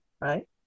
right